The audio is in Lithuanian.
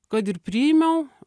kad ir priimiau